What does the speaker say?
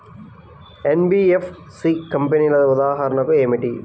NBFC కంపెనీల ఉదాహరణ ఏమిటి?